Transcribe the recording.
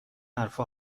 حرفها